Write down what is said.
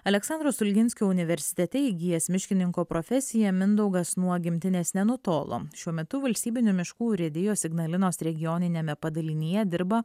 aleksandro stulginskio universitete įgijęs miškininko profesiją mindaugas nuo gimtinės nenutolo šiuo metu valstybinių miškų urėdijos ignalinos regioniniame padalinyje dirba